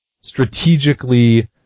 strategically